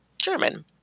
German